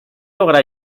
logra